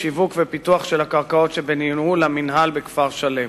שיווק ופיתוח של הקרקעות שבניהול המינהל בכפר-שלם.